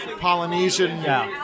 Polynesian